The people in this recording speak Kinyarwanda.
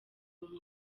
uri